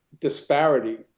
disparity